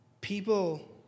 People